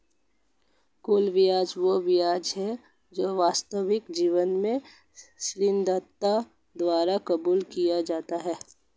कुल ब्याज वह ब्याज है जो वास्तविक जीवन में ऋणदाता द्वारा वसूल किया जाता है